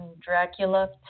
Dracula